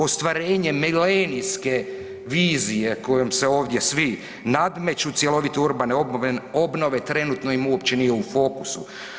Ostvarenjem milenijske vizije kojom se ovdje svi nadmeću, cjelovite urbane obnove trenutno im uopće nije u fokusu.